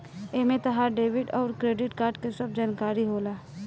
एमे तहार डेबिट अउर क्रेडित कार्ड के सब जानकारी होला